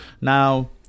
Now